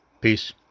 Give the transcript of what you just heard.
peace